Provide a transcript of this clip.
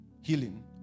Healing